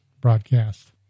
broadcast